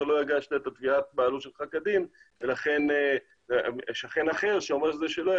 שהוא לא הגיש את תביעת הבעלות שלו כדין ושכן אחר שאומר שזה שלו,